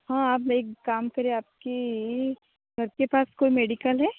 हाँ आप एक काम करें आपकए घर के पास कोई मेडिकल है